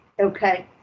Okay